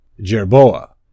Jerboa